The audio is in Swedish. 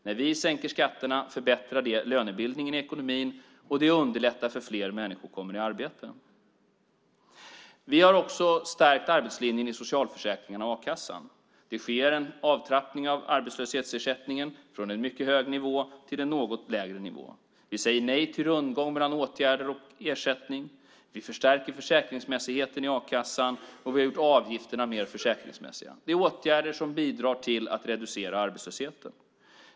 När vi sänker skatterna förbättrar det lönebildningen i ekonomin, och det underlättar för fler människor att komma i arbete. Vi har också stärkt arbetslinjen i socialförsäkringarna och a-kassan. Det sker en avtrappning av arbetslöshetsersättningen från en mycket hög nivå till en något lägre nivå. Vi säger nej till rundgång mellan åtgärder och ersättning. Vi förstärker försäkringsmässigheten i a-kassan, och vi har gjort avgifterna mer försäkringsmässiga. Det är åtgärder som bidrar till att reducera arbetslösheten.